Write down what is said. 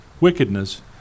wickedness